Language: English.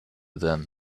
them